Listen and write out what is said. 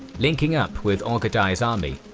linking up with ogedai's army,